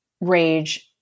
rage